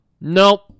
nope